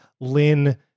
Lynn